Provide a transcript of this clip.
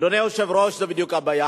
אדוני היושב-ראש, זה בדיוק הבעיה.